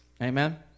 Amen